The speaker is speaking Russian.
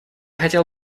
хотел